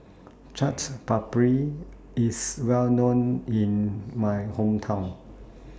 Chaat Papri IS Well known in My Hometown